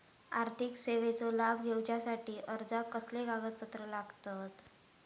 आर्थिक सेवेचो लाभ घेवच्यासाठी अर्जाक कसले कागदपत्र लागतत?